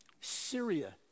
Syria